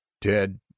ted